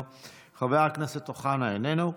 איננו,